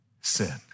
sin